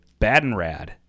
Badenrad